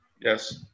Yes